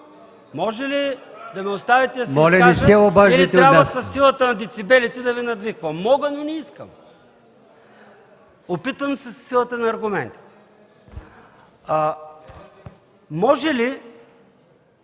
Може ли да ме оставите да се изкажа или трябва със силата на децибелите да Ви надвиквам? Мога, но не искам! Опитвам се със силата на аргументите. Може ли